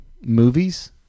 Movies